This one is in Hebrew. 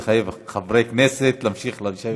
את יודעת שאנחנו לא יכולים לחייב חברי כנסת להמשיך לשבת במליאה.